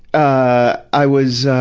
i i was, ah.